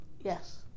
Yes